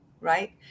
right